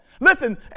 Listen